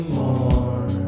more